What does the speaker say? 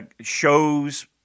shows